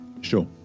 Sure